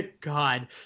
god